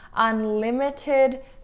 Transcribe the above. unlimited